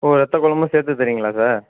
ஓ வெத்த குழம்பும் சேர்த்து தர்றீங்களா சார்